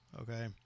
okay